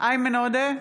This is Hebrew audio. איימן עודה,